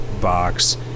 box